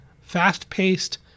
fast-paced